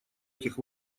этих